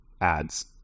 ads